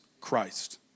Christ